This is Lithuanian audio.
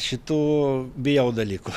šitų bijau dalykų